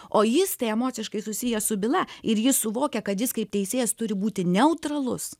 o jis tai emociškai susiję su byla ir jis suvokia kad jis kaip teisėjas turi būti neutralus